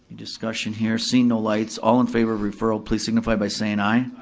discussion here, see no lights, all in favor of referral please signify by saying aye.